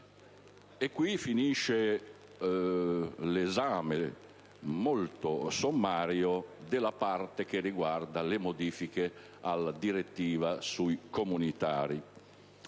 Qui finisce l'esame, molto sommario, della parte che riguarda le modifiche alla direttiva sui cittadini